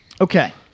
Okay